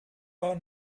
war